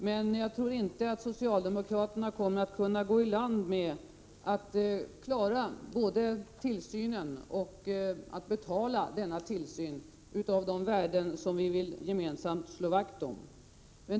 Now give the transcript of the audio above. Men jag tror inte att socialdemokraterna kommer att kunna gå i land med att klara både tillsynen och betalning när det gäller de värden som vi gemensamt vill slå vakt om.